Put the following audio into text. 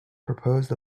proposed